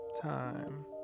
time